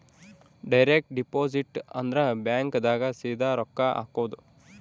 direct deposit ಅಂದ್ರ bank ದಾಗ ಸೀದಾ ರೊಕ್ಕ ಹಾಕೋದು